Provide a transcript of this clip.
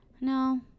No